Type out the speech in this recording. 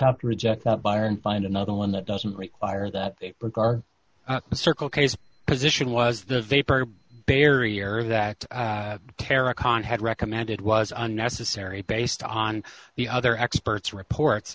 have to reject that buyer and find another one that doesn't require that regard the circle case position was the vapor barrier that kara khan had recommended was unnecessary based on the other experts reports